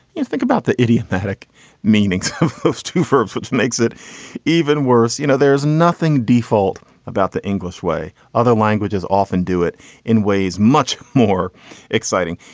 you think about the idiomatic meanings of those two verbs, which makes it even worse. you know, there's nothing default about the english way. other languages often do it in ways much more exciting.